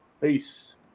Peace